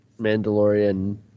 Mandalorian